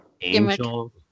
angel